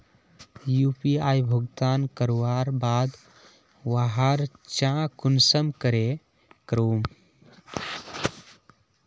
UPI भुगतान करवार बाद वहार जाँच कुंसम करे करूम?